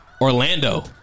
Orlando